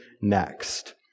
next